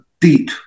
deep